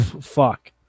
fuck